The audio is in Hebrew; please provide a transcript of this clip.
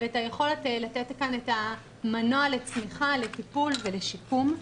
ואת היכולת לתת את המנוע לצמיחה לטיפול ולשיקום.